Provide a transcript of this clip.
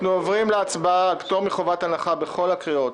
אנחנו עוברים להצבעה על פטור מחובת הנחה בכל הקריאות